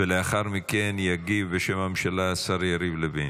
ולאחר מכן יגיב בשם הממשלה השר יריב לוין.